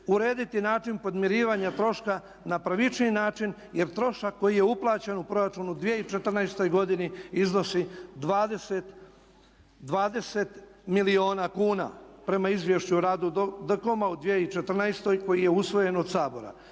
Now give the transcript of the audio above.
urediti način podmirivanja troška na pravičniji način jer trošak koji je uplaćen u proračunu u 2014. godini iznosi 20 milijuna kuna prema izvješću o radu DKOM-a u 2014. koji je usvojen od Sabora